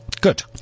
Good